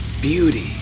beauty